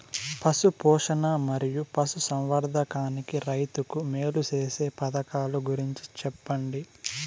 పశు పోషణ మరియు పశు సంవర్థకానికి రైతుకు మేలు సేసే పథకాలు గురించి చెప్పండి?